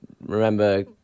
remember